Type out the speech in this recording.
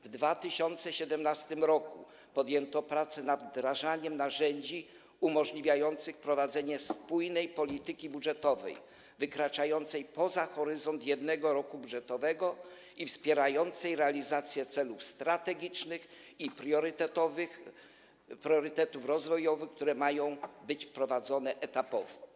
W 2017 r. podjęto prace nad wdrażaniem narzędzi umożliwiających prowadzenie spójnej polityki budżetowej, wykraczającej poza horyzont jednego roku budżetowego i wspierającej realizację celów strategicznych i priorytetów rozwojowych, które mają być wprowadzone etapowo.